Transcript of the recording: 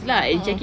a'ah